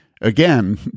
Again